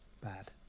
bad